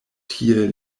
tie